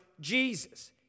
Jesus